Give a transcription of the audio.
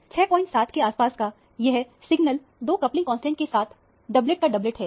67 के आसपास का यह सिग्नल दो कपलिंग कांस्टेंट के साथ डबलेट का डबलेट है